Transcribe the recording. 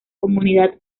comunidad